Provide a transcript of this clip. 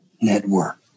network